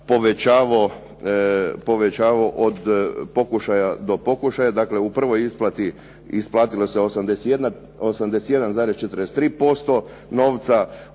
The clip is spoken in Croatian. povećavao od pokušaja do pokušaja. Dakle, u prvoj isplati isplatilo se 81,43% novca